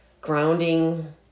grounding